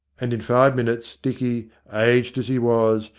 and in five minutes dicky, aged as he was,